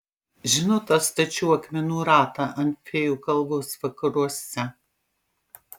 žinot tą stačių akmenų ratą ant fėjų kalvos vakaruose